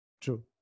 true